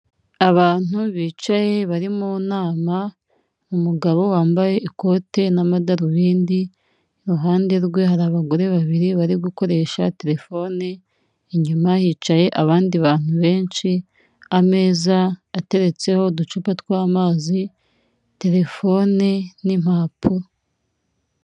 Abantu bicaye bari mu nama, umugabo wambaye ikote n'amadarubindi iruhande rwe hari abagore babiri bari gukoresha terefone, inyuma yicaye abandi bantu benshi, ameza ateretseho uducupa tw'amazi, terefone n'impapuro.